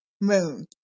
Moon